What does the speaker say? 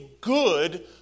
good